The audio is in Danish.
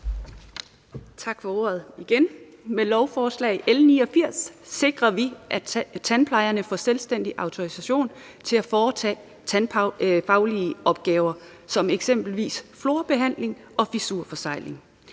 Tak for ordet igen. Med lovforslag L 89 sikrer vi, at tandplejerne får selvstændig autorisation til at foretage tandfaglige opgaver som eksempelvis fluorbehandling og fissurforsegling,